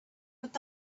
but